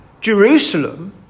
Jerusalem